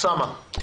אוסאמה.